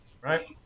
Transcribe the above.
right